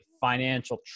financial